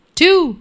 two